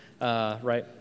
right